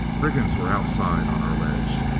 brigands were outside on our ledge!